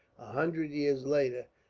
a hundred years later,